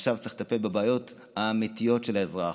ועכשיו צריך לטפל בבעיות האמיתיות של האזרח.